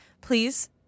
Please